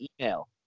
email